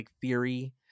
theory